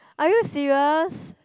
are you serious